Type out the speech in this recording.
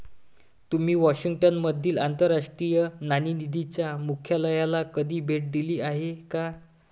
तुम्ही वॉशिंग्टन मधील आंतरराष्ट्रीय नाणेनिधीच्या मुख्यालयाला कधी भेट दिली आहे का?